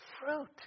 fruit